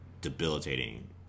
debilitating